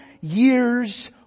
years